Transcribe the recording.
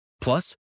Plus